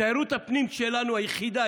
תיירות הפנים שלנו היחידה,